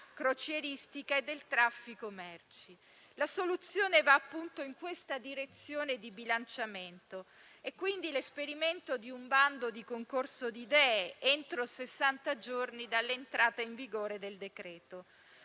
crocieristica e del traffico merci. La soluzione va appunto in questa direzione di bilanciamento. Quindi, l'esperimento di un bando di concorso di idee, entro sessanta giorni dall'entrata in vigore del decreto,